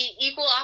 equal